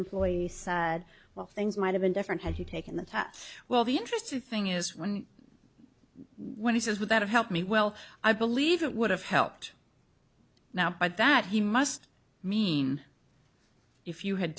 employee said well things might have been different had he taken the time well the interesting thing is when when he says that that helped me well i believe it would have helped now but that he must mean if you had